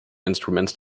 instruments